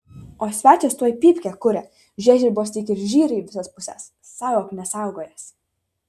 o svečias tuoj pypkę kuria žiežirbos tik ir žyra į visas puses saugok nesaugojęs